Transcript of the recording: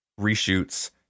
reshoots